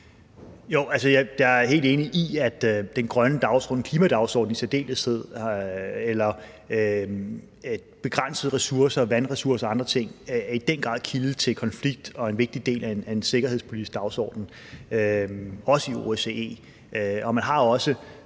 Jeg er helt enig i, at den grønne dagsorden og klimadagsordenen i særdeleshed – begrænsede ressourcer; vandressourcer og andre ting – i den grad er en kilde til konflikt og en vigtig del af en sikkerhedspolitisk dagsorden, også i OSCE, og man har også